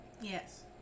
Yes